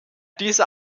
dieser